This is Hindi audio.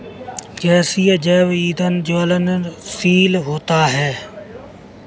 गैसीय जैव ईंधन ज्वलनशील होता है